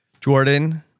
Jordan